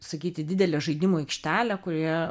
sakyti didelę žaidimų aikštelę kurioje